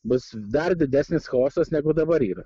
bus dar didesnis chaosas negu dabar yra